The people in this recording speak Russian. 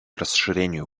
расширению